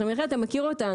מיכאל, אתה מכיר אותנו.